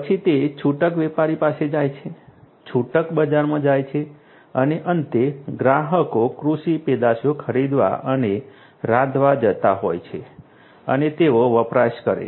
પછી તે છૂટક વેપારી પાસે જાય છે છૂટક બજારમાં જાય છે અને અંતે ગ્રાહકો કૃષિ પેદાશો ખરીદવા અને રાંધવા જતા હોય છે અને તેઓ વપરાશ કરે છે